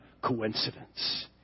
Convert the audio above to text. Coincidence